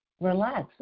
relax